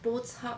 bo chup